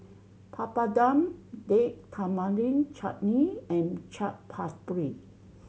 Papadum Date Tamarind Chutney and Chaat Papri